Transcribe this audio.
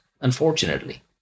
unfortunately